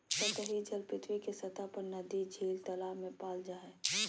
सतही जल पृथ्वी के सतह पर नदी, झील, तालाब में पाल जा हइ